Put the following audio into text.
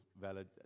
valid